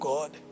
God